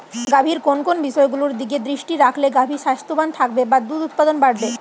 গাভীর কোন কোন বিষয়গুলোর দিকে দৃষ্টি রাখলে গাভী স্বাস্থ্যবান থাকবে বা দুধ উৎপাদন বাড়বে?